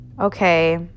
okay